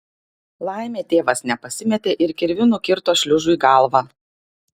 laimė tėvas nepasimetė ir kirviu nukirto šliužui galvą